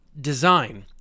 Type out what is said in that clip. Design